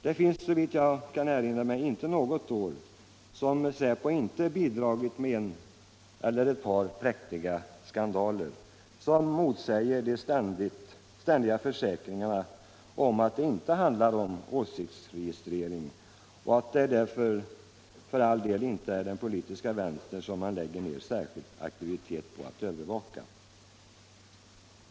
Det finns, såvitt jag kan erinra mig, inte något år som säpo inte bidragit med en eller ett par präktiga skandaler, som motsäger de ständiga försäkringarna om att det inte handlar om åsiktsregistrering och att det för all del inte är den politiska vänstern som man lägger ned särskild aktivitet på att övervaka.